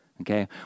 Okay